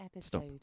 stop